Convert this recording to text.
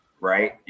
right